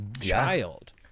child